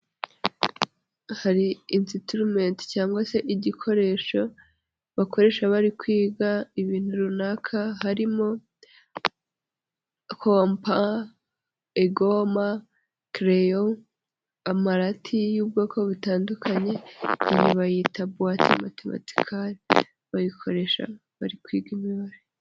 Hari instirUment cyangwa se igikoresho bakoresha bari kwiga ibintu runaka, harimo compa, igoma, crayo, amarati y'ubwoko butandukanye, iyi bayita boate matimatical bayikoresha bari kwiga imibare.